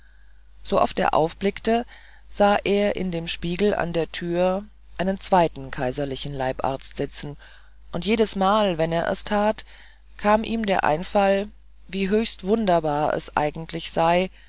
sooft er aufblickte sah er in dem spiegel an der türe einen zweiten kaiserlichen leibarzt sitzen und jedesmal wenn er es tat kam ihm der einfall wie höchst wunderbar es eigentlich sei